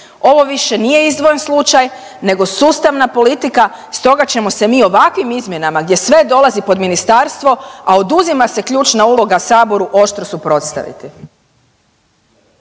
Ovo više nije izdvojen slučaj nego sustavna politika stoga ćemo se mi ovakvim izmjenama gdje sve dolazi pod ministarstvo, a oduzima se ključna uloga saboru oštro suprotstaviti.